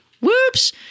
Whoops